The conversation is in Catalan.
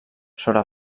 sobre